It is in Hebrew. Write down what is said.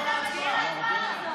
מה זה, למה הוא לא מביא את זה להצבעה?